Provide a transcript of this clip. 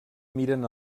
miren